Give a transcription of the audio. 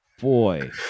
boy